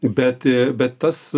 bet bet tas